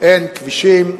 אין כבישים,